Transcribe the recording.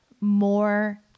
more